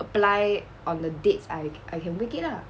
apply on the dates I I can make it lah